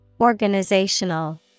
Organizational